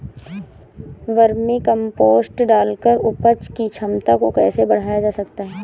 Vermi compost डालकर उपज की क्षमता को कैसे बढ़ाया जा सकता है?